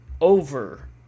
over